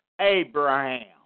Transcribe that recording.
Abraham